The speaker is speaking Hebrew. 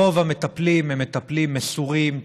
רוב המטפלים הם מטפלים מסורים,